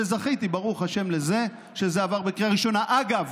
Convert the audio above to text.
זכיתי ברוך השם לזה שזה עבר בקריאה ראשונה, אגב,